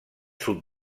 sud